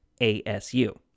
ASU